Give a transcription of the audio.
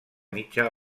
mitja